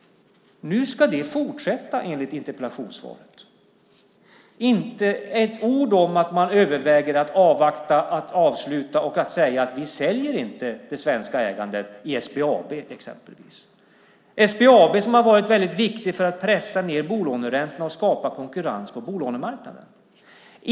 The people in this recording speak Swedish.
Nu ska det fortsätta enligt interpellationssvaret. Det sägs inte ett ord om att man överväger att avvakta, avsluta och säga att man inte säljer det svenska ägandet i SBAB exempelvis. SBAB har varit väldigt viktigt för att pressa ned bolåneräntorna och skapa konkurrens på bolånemarknaden.